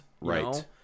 right